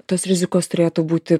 tos rizikos turėtų būti